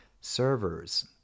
servers